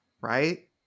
Right